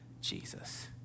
Jesus